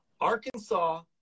Arkansas